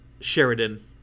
Sheridan